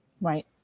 Right